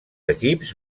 equips